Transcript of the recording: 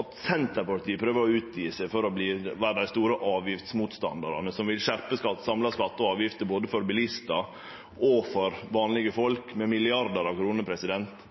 At Senterpartiet prøver å utgje seg for å vere store avgiftsmotstandarar som vil skjerpe dei samla skattane og avgiftene for både bilistar og vanlege folk med milliardar av kroner –